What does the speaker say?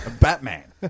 Batman